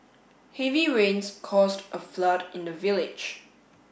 heavy rains caused a flood in the village